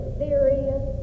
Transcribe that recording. serious